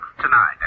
tonight